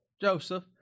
Joseph